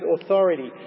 authority